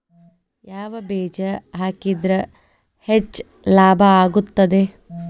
ಯಾವ ಬೇಜ ಹಾಕಿದ್ರ ಹೆಚ್ಚ ಲಾಭ ಆಗುತ್ತದೆ?